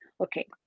okay